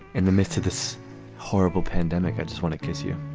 in the midst of this horrible pandemic, i just want to kiss you.